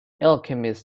alchemist